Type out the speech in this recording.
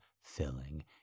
filling